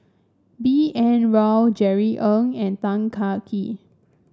B N Rao Jerry Ng and Tan Kah Kee